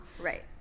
Right